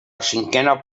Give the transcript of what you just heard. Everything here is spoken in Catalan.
cinquena